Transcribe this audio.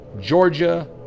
Georgia